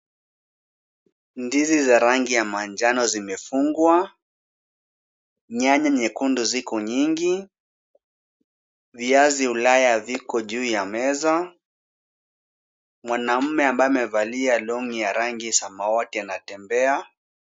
Ndizi za rangi ya manjano zimefungwa. Nyanya nyekundu ziko nyingi. Viazi ulaya ziko juu ya meza. Mwanaume ambaye amevalia long'i ya rangi samawati anatembea.